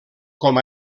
com